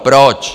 Proč?